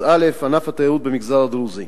ענף התיירות במגזר הדרוזי: